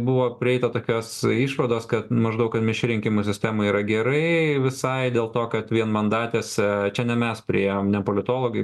buvo prieita tokios išvados kad maždaug kad mišri rinkimų sistema yra gerai visai dėl to kad vienmandatėse čia ne mes priėjom ne politologai